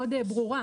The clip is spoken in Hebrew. ברורה